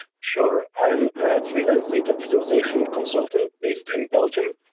sure, i'm a freelance data visualisation consultant based in belgium.